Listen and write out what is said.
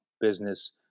business